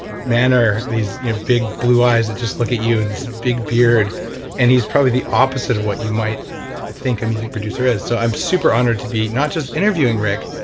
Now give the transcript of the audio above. manner, these you know big blue eyes, they just look at you and this big beard and he's probably the opposite of what you might think a music producer is so i'm super honored to be not just interviewing rick,